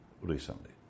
recently